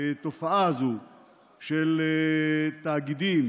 התופעה הזאת של תאגידים